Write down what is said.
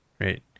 right